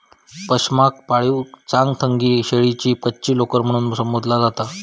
पशमाक पाळीव चांगथंगी शेळ्यांची कच्ची लोकर म्हणून संबोधला जाता